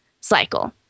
cycle